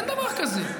אין דבר כזה.